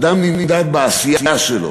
אדם נמדד בעשייה שלו.